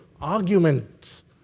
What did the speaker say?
arguments